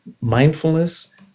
mindfulness